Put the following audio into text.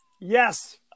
Yes